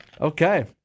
Okay